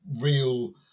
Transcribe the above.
real